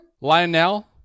Lionel